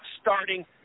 starting